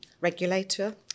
regulator